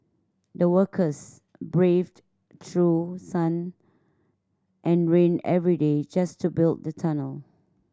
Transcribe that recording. the workers braved through sun and rain every day just to build the tunnel